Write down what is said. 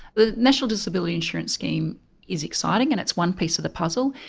the national disability insurance scheme is exciting and it's one piece of the puzzle.